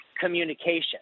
communication